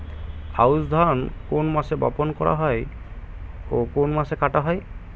আউস ধান কোন মাসে বপন করা হয় ও কোন মাসে কাটা হয়?